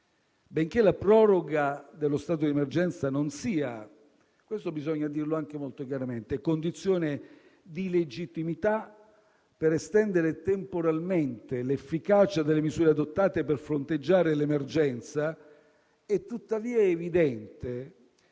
Benché la proroga dello stato di emergenza non sia - questo bisogna dirlo anche molto chiaramente - condizione di legittimità per estendere temporalmente l'efficacia delle misure adottate per fronteggiare l'emergenza, è tuttavia evidente